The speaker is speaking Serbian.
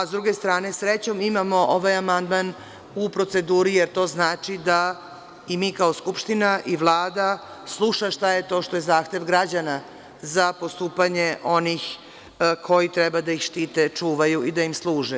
Sa druge strane, srećom imamo ovaj amandman u proceduri, jer to znači da i mi kao Skupština i Vlada sluša šta je to što je zahtev građana za postupanje onih koji treba da ih štite, čuvaju i da im služe.